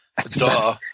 Duh